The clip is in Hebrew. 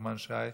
נחמן שי,